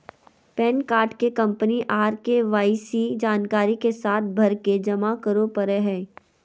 pan card के copy आर KYC जानकारी के साथ भरके जमा करो परय हय